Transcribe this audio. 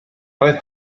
roedd